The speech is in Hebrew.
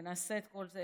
ונעשה את כל זה,